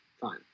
Fine